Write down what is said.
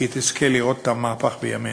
כי תזכה לראות את המהפך בימינו.